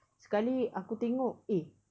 sekali aku tengok eh